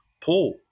pull